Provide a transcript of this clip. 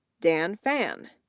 dan phan,